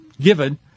given